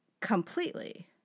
completely